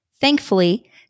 Thankfully